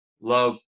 love